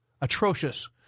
atrocious